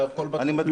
אני מדגיש,